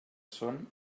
són